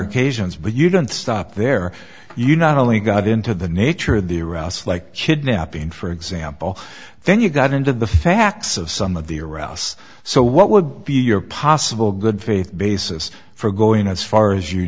occasions but you don't stop there you not only got into the nature of the routes like kidnapping for example then you got into the facts of some of the around us so what would be your possible good faith basis for going as far as you